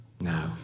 No